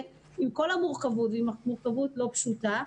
עם כל המורכבות הלא פשוטה.